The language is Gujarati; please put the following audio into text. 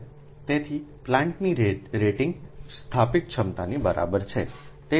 તેથી પ્લાન્ટની રેટિંગ સ્થાપિત ક્ષમતાની બરાબર છે